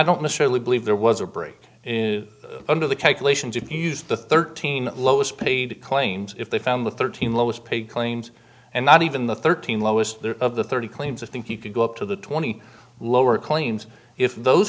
don't necessarily believe there was a break under the calculations if you use the thirteen lowest paid claims if they found the thirteen lowest paid claims and not even the thirteen lowest there of the thirty claims of think you could go up to the twenty lower claims if those